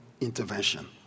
intervention